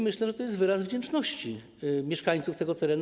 Myślę, że to jest wyraz wdzięczności mieszkańców tego terenu.